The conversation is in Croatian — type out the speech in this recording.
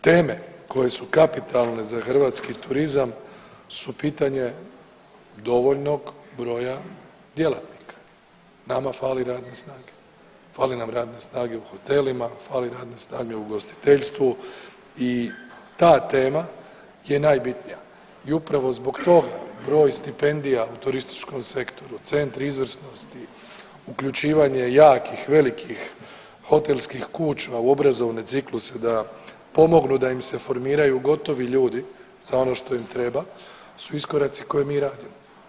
Teme koje su kapitalne za hrvatski turizam su pitanje dovoljnog broja djelatnika, nama fali radne snage, fali nam radne snage u hotelima, fali radne snage u ugostiteljstvu i ta tema je najbitnija i upravo zbog toga broj stipendija u turističkom sektoru, centri izvrsnosti, uključivanje jakih i velikih hotelskih kuća u obrazovane cikluse da pomognu da im se formiraju gotovi ljudi za ono što im treba su iskoraci koje mi radimo.